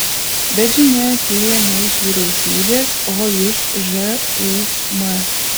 bet žinia atėjo ne iš vyriausybės o iš žūm